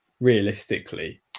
realistically